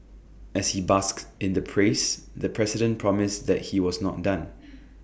as he basked in the praise the president promised that he was not done